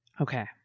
Okay